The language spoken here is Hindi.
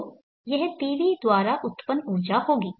तो यह PV द्वारा उत्पन्न ऊर्जा होगी